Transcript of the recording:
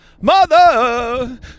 Mother